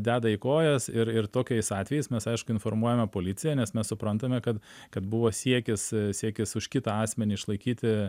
deda į kojas ir ir tokiais atvejais mes aišku informuojame policiją nes mes suprantame kad kad buvo siekis siekis už kitą asmenį išlaikyti